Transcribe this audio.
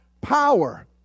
power